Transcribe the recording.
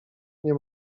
nie